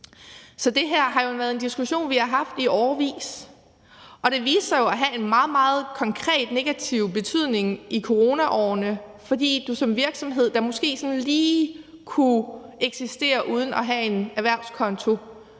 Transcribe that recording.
Så det her har jo været en diskussion, vi har haft i årevis, og det viste sig jo at have en meget, meget konkret negativ betydning i coronaårene, fordi der var virksomheder, der måske sådan lige kunne eksistere uden at have en erhvervskonto,